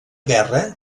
guerra